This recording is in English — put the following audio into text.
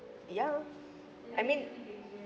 ya I mean